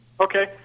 Okay